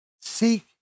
Seek